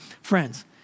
friends